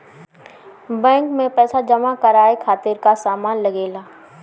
Bank में पईसा जमा करवाये खातिर का का सामान लगेला?